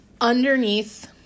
underneath